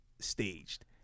staged